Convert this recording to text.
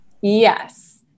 Yes